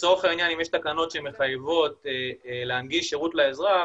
לצורך העניין אם יש תקנות שמחייבות להנגיש שירות לאזרח